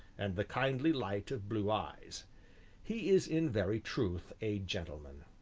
and the kindly light of blue eyes he is in very truth a gentleman.